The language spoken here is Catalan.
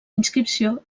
inscripció